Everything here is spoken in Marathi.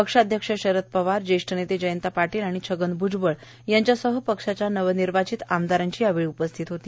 पक्षाध्यक्ष शरद पवार ज्येष्ठ वेते जयंत पादील आणि छ्याव भ्रजबळ यांच्यासह पक्षाच्या नवविर्वांचित आमदारांची उपस्थिती होती